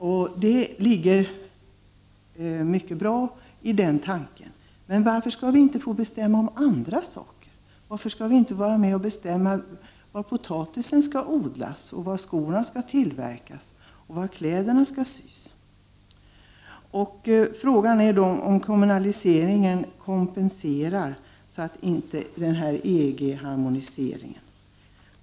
Det finns mycket som är bra i den tanken. Men varför skall vi inte få bestämma även om andra saker? Varför skall vi inte få vara med och bestämma var potatisen skall odlas, var skorna skall tillverkas och var klädernas skall sys. Frågan är om kommunaliseringen kompenserar EG-harmoniseringen.